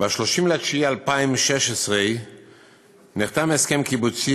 ב-30 בספטמבר 2016 נחתם הסכם שכר קיבוצי